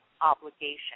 obligation